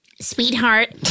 Sweetheart